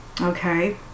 Okay